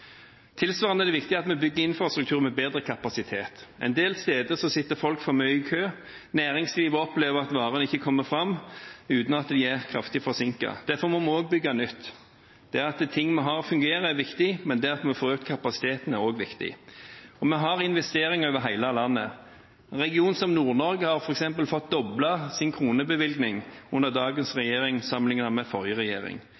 Tilsvarende er det viktig at vi bygger infrastruktur med bedre kapasitet. En del steder sitter folk for mye i kø. Næringslivet opplever at varene ikke kommer fram uten at de er kraftig forsinket. Derfor må vi også bygge nytt. Det at ting vi har, fungerer, er viktig. Men det at vi får økt kapasiteten, er også viktig. Vi har investeringer over hele landet. En region som Nord-Norge har f.eks. fått doblet sin kronebevilgning under dagens regjering